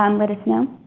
um let us know.